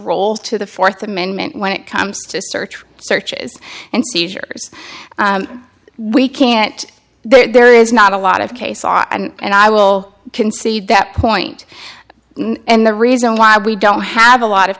role to the fourth amendment when it comes to search for searches and seizures we can't there is not a lot of case law and i will concede that point and the reason why we don't have a lot of